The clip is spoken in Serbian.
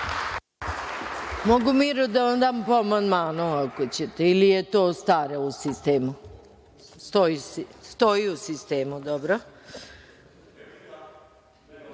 Mogu mirno da vam dam po amandmanu, ako hoćete, ili je to staro u sistemu? Stoji u sistemu, dobro. Ako